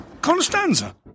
Constanza